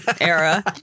era